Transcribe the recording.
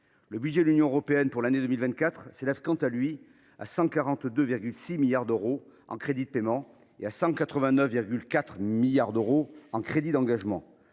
Le budget de l’Union européenne pour l’année 2024 s’élève, quant à lui, à 142,6 milliards d’euros en crédits de paiement et à 189,4 milliards d’euros en crédits d’engagement.